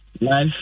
life